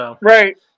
Right